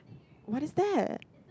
what is that